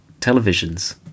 televisions